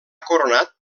coronat